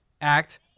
act